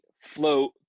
float